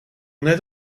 net